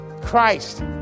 Christ